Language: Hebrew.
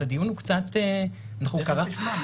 תיכף נשמע.